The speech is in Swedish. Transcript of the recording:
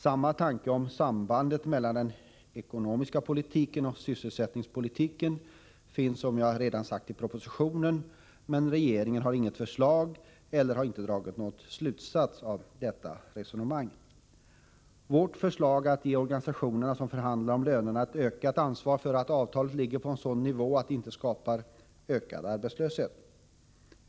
Samma tanke om sambandet mellan den ekonomiska politiken och sysselsättningspolitiken finns, som jag redan har sagt, i propositionen. Men regeringen har inget förslag eller har inte dragit några slutsatser av detta resonemang. Vårt förslag syftar till att ge organisationerna, som förhandlar om lönerna, ett ökat ansvar för att avtalen ligger på en sådan nivå att de inte bidrar till ökad arbetslöshet.